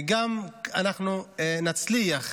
וגם אנחנו נצליח